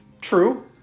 True